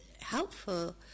helpful